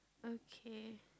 okay